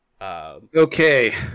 Okay